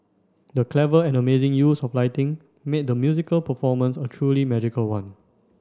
the clever and amazing use of lighting made the musical performance a truly magical one